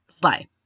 Bye